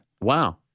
wow